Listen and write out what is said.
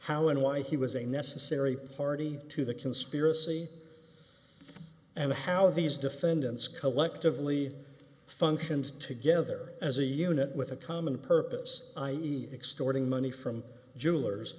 how and why he was a necessary party to the conspiracy and how these defendants collectively functioned together as a unit with a common purpose i e extorting money from jewelers